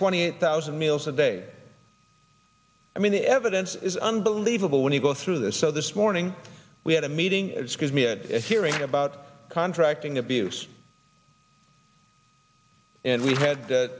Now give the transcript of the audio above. twenty eight thousand meals a day i mean the evidence is unbelievable when you go through this so this morning we had a meeting it scares me it is hearing about contracting abuse and we had